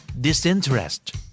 Disinterest